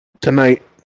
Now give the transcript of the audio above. Tonight